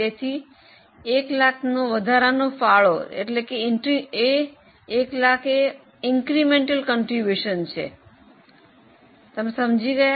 તેથી 100000 વધારાનો ફાળો છે તમે સમજી ગયા